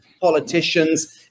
politicians